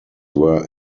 were